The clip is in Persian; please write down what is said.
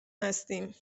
هستیم